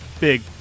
big